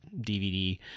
dvd